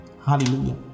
Hallelujah